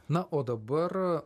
na o dabar